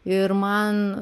ir man